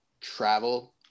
travel